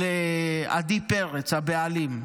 של עדי פרץ הבעלים.